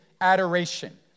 adoration